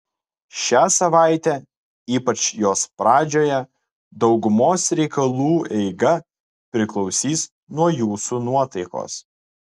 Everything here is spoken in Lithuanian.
šią savaitę ypač jos pradžioje daugumos reikalų eiga priklausys nuo jūsų nuotaikos